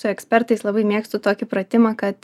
su ekspertais labai mėgstu tokį pratimą kad